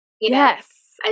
Yes